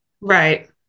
Right